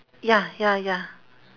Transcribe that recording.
ya ya ya